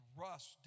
rust